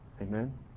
Amen